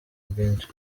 bwinshi